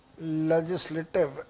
legislative